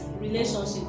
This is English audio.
relationship